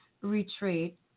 retreat